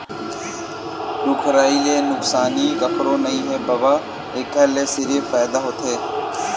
रूख राई ले नुकसानी कखरो नइ हे बबा, एखर ले सिरिफ फायदा होथे